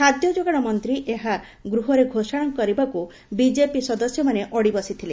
ଖାଦ୍ୟ ଯୋଗାଣ ମନ୍ତୀ ଏହା ଗୂହରେ ଘୋଷଣା କରିବାକୁ ବିଜେପି ସଦସ୍ୟମାନେ ଅଡି ବସିଥିଲେ